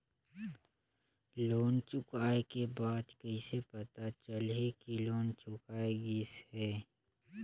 Loan चुकाय के बाद कइसे पता चलही कि लोन चुकाय गिस है?